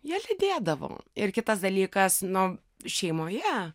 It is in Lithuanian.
jie lydėdavo ir kitas dalykas nu šeimoje